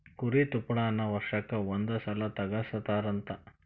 ಕುರಿ ತುಪ್ಪಳಾನ ವರ್ಷಕ್ಕ ಒಂದ ಸಲಾ ತಗಸತಾರಂತ